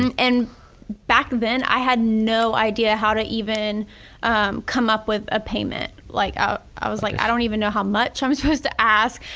and and back then i had no idea how to even come up with a payment. like ah i was like i don't even know how much i'm supposed to ask.